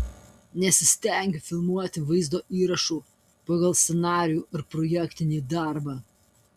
nesistengiu filmuoti vaizdo įrašų pagal scenarijų ar projektinį darbą